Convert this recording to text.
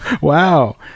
Wow